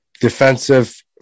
defensive